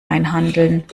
einhandeln